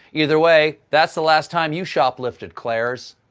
either way, that's the last time you shoplift at claire's!